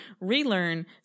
relearn